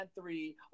three